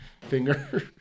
Finger